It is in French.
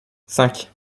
cinq